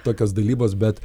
tokios dalybos bet